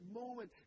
moment